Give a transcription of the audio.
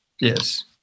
Yes